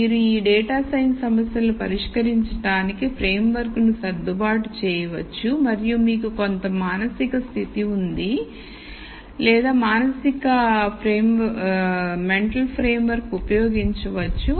మీరు ఈ data science సమస్యలను పరిష్కరించడానికి ఫ్రేమ్వర్క్ను సర్దుబాటు చేయవచ్చు మరియు మీకు కొంత మానసిక స్థితి ఉంటుంది లేదా మానసిక చట్రంఉపయోగించవచ్చు